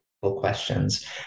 Questions